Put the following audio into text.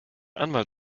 anwalt